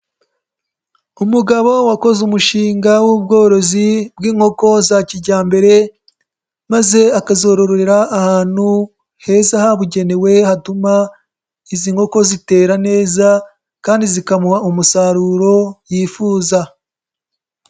Umugabo wakoze umushinga w'ubworozi bw'inkoko za kijyambere, maze akazororera ahantu heza habugenewe hatuma izi nkoko zitera neza kandi zikamuha umusaruro yifuza.